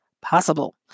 possible